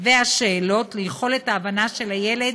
והשאלות ליכולת ההבנה של הילד